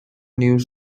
news